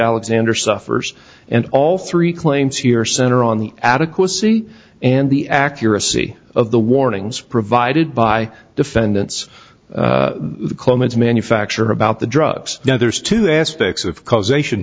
alexander suffers and all three claims here center on the adequacy and the accuracy of the warnings provided by defendants the claimants manufacture about the drugs now there's two aspects of causation